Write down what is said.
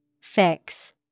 Fix